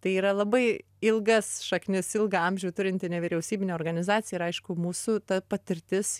tai yra labai ilgas šaknis ilgaamžių turinti nevyriausybinė organizacija ir aišku mūsų ta patirtis